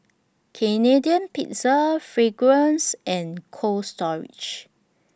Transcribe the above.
Canadian Pizza Fragrance and Cold Storage